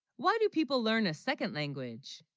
why, do people learn a second language